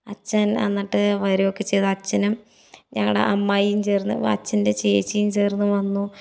അച്ഛൻ എന്നിട്ട് വരികയൊക്കെ ചെയ്തു അച്ഛനും ഞങ്ങളുടെ അമ്മായിയും ചേർന്ന് അച്ഛൻ്റെ ചേച്ചിയും ചേർന്നു വന്നു